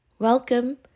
Welcome